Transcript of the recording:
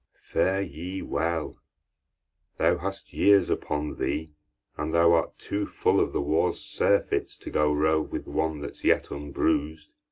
fare ye well thou hast years upon thee and thou art too full of the wars' surfeits to go rove with one that's yet unbruis'd